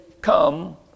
come